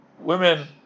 women